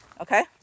Okay